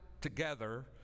together